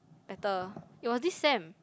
better it was this sem